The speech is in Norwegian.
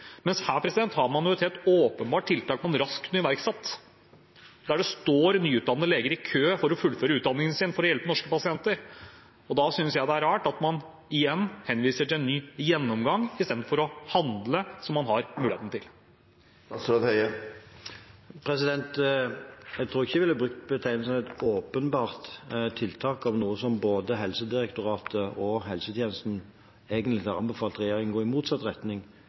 Her har man et åpenbart tiltak man raskt kunne iverksatt, der det står nyutdannete leger i kø for å fullføre utdanningen sin, for å hjelpe norske pasienter. Da synes jeg det er rart at man igjen henviser til en ny gjennomgang istedenfor å handle, som man har muligheten til. Jeg tror ikke jeg ville brukt betegnelsen «et åpenbart tiltak» om noe hvor både Helsedirektoratet og helsetjenesten egentlig har anbefalt regjeringen å gå i motsatt retning,